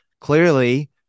clearly